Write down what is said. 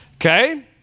Okay